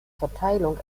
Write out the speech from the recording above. verteilung